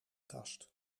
kast